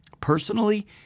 Personally